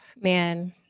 man